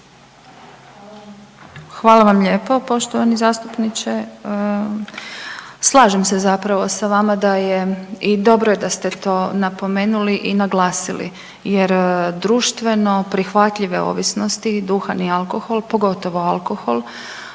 Hvala vam lijepo poštovani zastupniče. Slažem se zapravo sa vama da je, i dobro je da ste to napomenuli i naglasili jer društveno prihvatljive ovisnosti duhan i alkohol pogotovo alkohol,